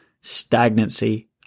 stagnancy